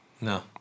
No